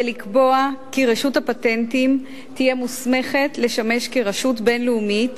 ולקבוע כי רשות הפטנטים תהיה מוסמכת לשמש כרשות בין-לאומית